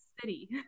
city